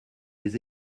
les